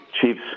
Chiefs